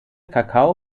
kakao